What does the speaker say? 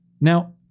Now